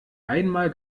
einmal